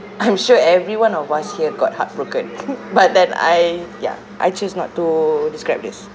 I'm sure everyone of us here got heartbroken but then I ya I choose not to describe this